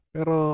Pero